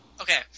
Okay